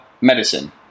medicine